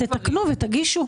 תתקנו ותגישו.